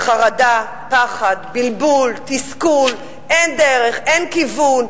חרדה, פחד, בלבול, תסכול, אין דרך, אין כיוון.